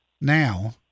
now